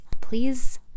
please